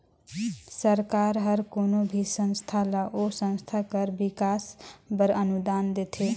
सरकार हर कोनो भी संस्था ल ओ संस्था कर बिकास बर अनुदान देथे